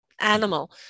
animal